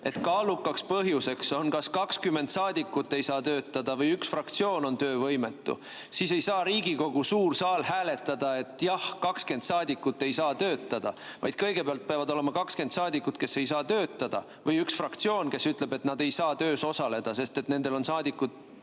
et kaalukaks põhjuseks on see, et 20 saadikut ei saa töötada või üks fraktsioon on töövõimetu, siis ei saa Riigikogu suur saal hääletada, et jah, 20 saadikut ei saa töötada, vaid kõigepealt peavad olema 20 saadikut, kes ei saa töötada, või üks fraktsioon, kes ütleb, et nad ei saa töös osaleda, sest nendel on saadikud